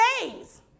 days